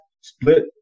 split